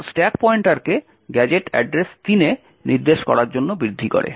কেবল stack পয়েন্টারকে gadget address 3 এ নির্দেশ করার জন্য বৃদ্ধি করে